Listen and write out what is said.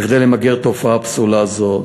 כדי למגר תופעה פסולה זו.